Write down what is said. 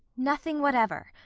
nothing whatever.